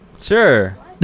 Sure